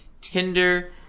Tinder